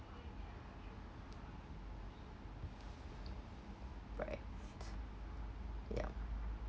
right yup